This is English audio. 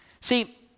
See